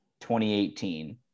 2018